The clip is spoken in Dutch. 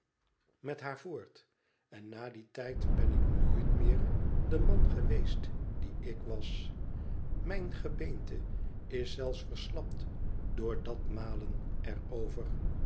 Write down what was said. met haar voort en na dien tijd ben ik nooit meer de man geweest die ik was mijn gebeente is zelfs verslapt doordat malen